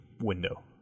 window